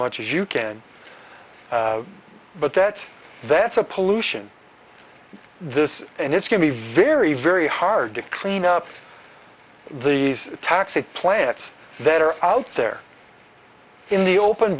much as you can but that's that's a pollution this and it's going to be very very hard to clean up the taxi plants that are out there in the open